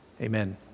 amen